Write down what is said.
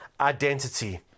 Identity